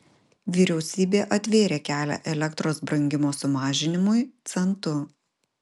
vyriausybė atvėrė kelią elektros brangimo sumažinimui centu